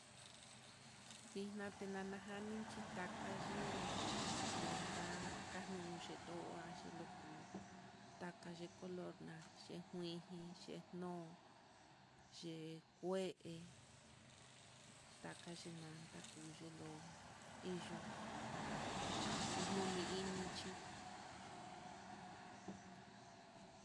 Vixna tinana janin chí takaye nonta kanuu xhitó, kuanchi kolu taxhi color nanxhi kuii ji chi no'o c é, takachi nanka kuii yelo iyó, akunonin ini chí.